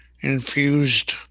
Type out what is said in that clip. infused